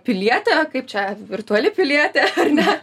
pilietė kaip čia virtuali pilietė ar ne